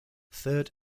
third